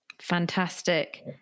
Fantastic